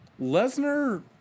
Lesnar